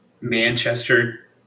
Manchester